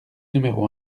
numéro